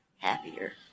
Happier